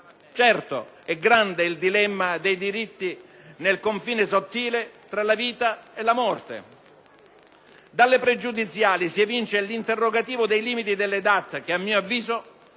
certo grande il dilemma dei diritti nel confine sottile tra la vita e la morte. Dalle pregiudiziali si evince l'interrogativo dei limiti delle DAT che, a mio avviso,